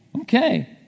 Okay